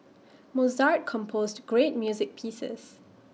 Mozart composed great music pieces